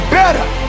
better